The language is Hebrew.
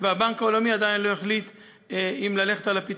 והבנק העולמי עדיין לא החליטו אם ללכת עליו.